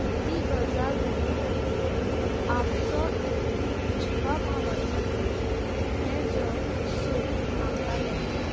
ती गजाल म्हळ्यार आमचो एक जिवाभावाचो इश्ट हे जग सोडून आमकां गेल्लो